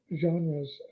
genres